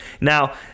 Now